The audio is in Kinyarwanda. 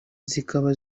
zikaba